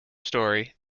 story